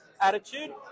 attitude